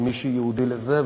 ומישהו ייעודי לזה,